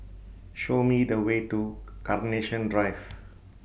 Show Me The Way to Carnation Drive